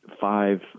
five